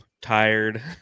tired